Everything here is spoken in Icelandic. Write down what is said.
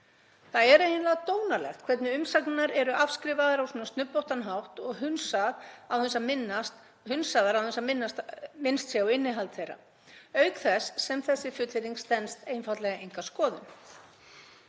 Það er eiginlega dónalegt hvernig umsagnirnar eru afskrifaðar á svona snubbóttan hátt og hunsaðar án þess að minnst sé á innihald þeirra, auk þess sem þessi fullyrðing stenst einfaldlega enga skoðun.